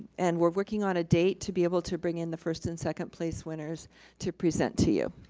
and we're working on a date to be able to bring in the first and second place winners to present to you.